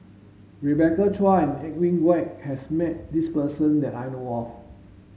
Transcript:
Rebecca Chua and Edwin Koek has met this person that I know of